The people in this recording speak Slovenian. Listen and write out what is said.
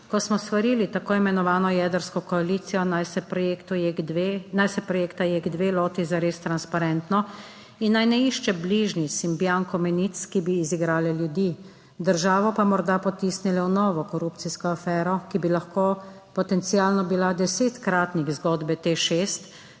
ko smo svarili tako imenovano jedrsko koalicijo, naj se projekta JEK 2 loti zares transparentno in naj ne išče bližnjic in bianko menic, ki bi izigrale ljudi, državo pa morda potisnile v novo korupcijsko afero, ki bi lahko potencialno bila desetkratnik zgodbe Teš